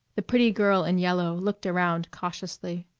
the pretty girl in yellow looked around cautiously.